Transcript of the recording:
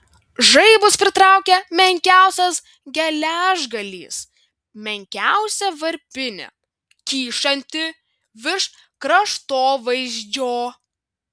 žaibus pritraukia menkiausias geležgalys menkiausia varpinė kyšanti virš kraštovaizdžio